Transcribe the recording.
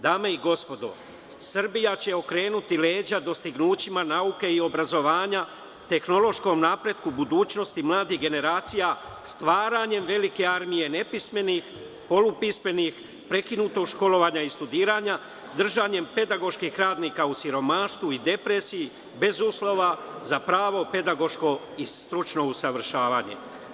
Dame i gospodo, Srbija će okrenuti leđa dostignućima nauke i obrazovanja, tehnološkom napretku budućnosti mladih generacija, stvaranjem velike armije nepismenih, polupismenih, prekinutog školovanja i studiranja, držanjem pedagoških pravnika u siromaštvu i depresiji, bez uslova za pravo pedagoško i stručno usavršavanje.